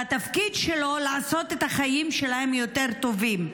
והתפקיד שלו הוא לעשות את החיים שלהם יותר טובים.